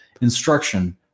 instruction